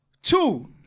Two